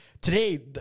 today